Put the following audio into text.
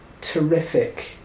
terrific